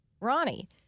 Ronnie